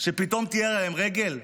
שפתאום תהיה להם רגל?